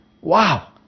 Wow